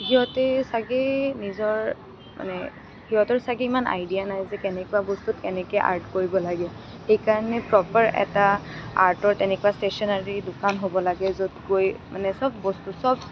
সিহঁতেও চাগৈ নিজৰ মানে সিহঁতৰ চাগৈ ইমান আইডিয়া নাই যে কেনেকুৱা বস্তু কেনেকৈ আৰ্ট কৰিব লাগে সেইকাৰণে প্ৰ'পাৰ এটা আৰ্টৰ তেনেকুৱা ষ্টেশ্যনেৰি দোকান হ'ব লাগে য'ত গৈ মানে সব বস্তু সব